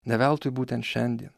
ne veltui būtent šiandien